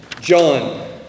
john